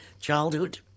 childhood